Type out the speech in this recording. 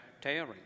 tearing